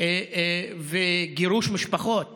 וגירוש משפחות